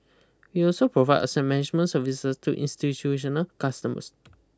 we also provide asset management services to institutional customers